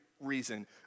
reason